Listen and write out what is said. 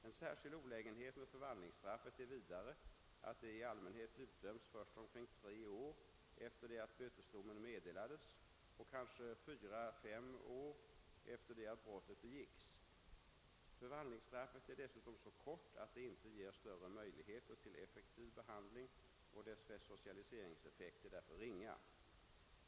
En särskild olägenhet med förvandlingsstraffet är vidare att det i allmänhet utdöms först omkring tre år efter det att bötesdomen meddelades och kanske fyra—fem år efter det att brottet be gicks. Förvandlingsstraffet är dessutom så kort att det inte ger större möjligheter till effektiv behandling och dess resocialiseringseffekt är därför ringa.